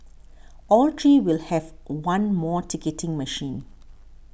all three will have one more ticketing machine